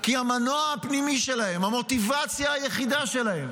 כי המנוע הפנימי שלהם, המוטיבציה היחידה שלהם